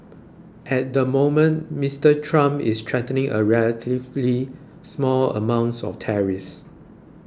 at the moment Mister Trump is threatening a relatively small amounts of tariffs